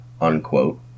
unquote